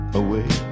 away